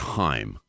time